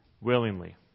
Willingly